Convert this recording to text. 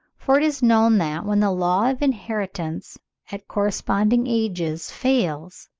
for it is known that, when the law of inheritance at corresponding ages fails,